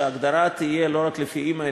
שההגדרה תהיה לא רק לפי האימא,